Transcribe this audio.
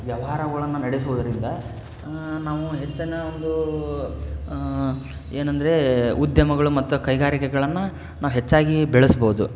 ವ್ಯವಹಾರಗಳನ್ನ ನಡೆಸುವುದರಿಂದ ನಾವು ಹೆಚ್ಚಿನ ಒಂದು ಏನಂದರೆ ಉದ್ಯಮಗಳು ಮತ್ತು ಕೈಗಾರಿಕೆಗಳನ್ನು ನಾವು ಹೆಚ್ಚಾಗಿ ಬೆಳಸ್ಬೋದು